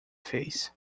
fez